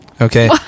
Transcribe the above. okay